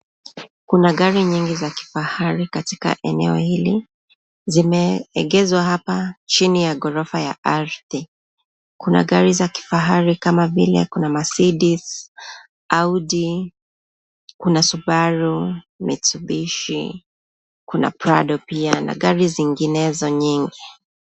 Kuna gari nyingi za kifahari katika eneo hili zimeegeshwa hapa chini ya ghorofa ya ardhi kuna gari za kifahari kama vile kuna mercedes, audi, kuna subaru, mistubishi, kuna prado pia na gari zinginezo nyingi.